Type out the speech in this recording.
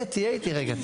תהיה איתי רגע.